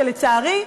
שלצערי,